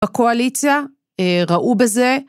בקואליציה ראו בזה.